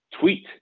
tweet